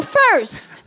first